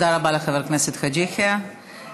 תודה רבה לחבר הכנסת חאג' יחיא.